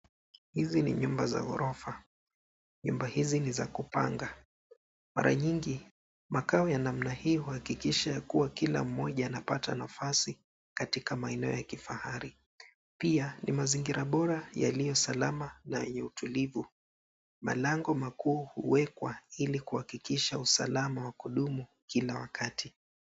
Hizi ni nyumba za ghorofa. Nyumba hizi ni za kupanga. Mara nyingi, makao ya namna hii huhakikisha kuwa kila mmoja anapata nafasi katika maeneo ya kifahari. Pia ni mazingira bora, yaliyo salama na yenye utulivu. Malango makuu huwekwa ili kuhakikisha usalama wa kudumu kila wakati.